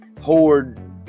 horde